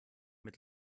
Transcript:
mit